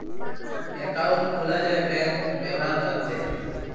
account খুলা যায় bank ব্যাভার ক্যরতে